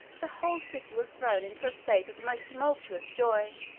the whole city was thrown into a state of the most tumultuous joy